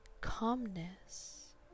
calmness